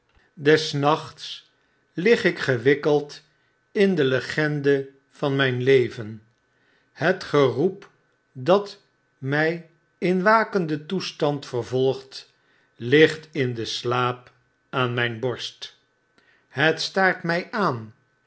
des nachts lig ik gewikkeld in de legende van myn leven het geroep dat my inwakenden toestand vervolgt ligt in den slaap aan mijn borst het staart my aan